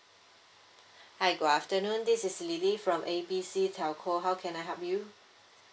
hi good afternoon this is lily from A B C telco how can I help you